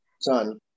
son